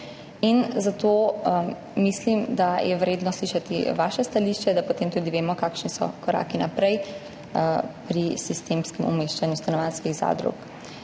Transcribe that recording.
Zato mislim, da je vredno slišati vaše stališče, da potem tudi vemo, kakšni so koraki naprej pri sistemskem umeščanju stanovanjskih zadrug.